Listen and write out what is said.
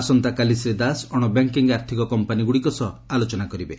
ଆସନ୍ତାକାଲି ଶ୍ରୀ ଦାସ ଅଣ ବ୍ୟାଙ୍କିଙ୍ଗ୍ ଆର୍ଥକ କମ୍ପାନୀଗୁଡ଼ିକ ସହ ଆଲୋଚନା କରିବେ